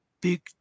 big